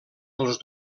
dels